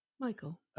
Michael